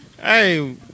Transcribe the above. Hey